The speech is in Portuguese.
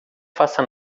faça